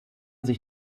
sich